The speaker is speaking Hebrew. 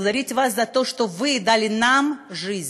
להודות לכם על שנתתם לנו חיים.